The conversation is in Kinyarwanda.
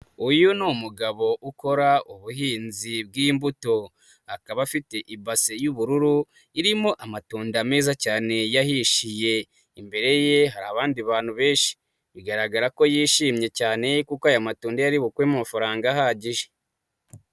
Uyu ni umugabo ukora ubuhinzi bw'imbuto. Akaba afite ibase y'ubururu irimo amatunda meza cyane yahishiye. Imbere ye hari abandi bantu benshi bigaragara ko yishimye cyane kuko aya matunda ari bukuremo amafaranga ahagije.